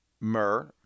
myrrh